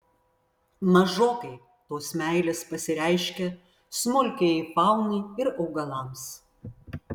mažokai tos meilės pasireiškia smulkiajai faunai ir augalams